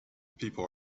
people